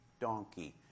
donkey